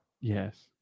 Yes